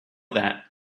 that